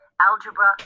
algebra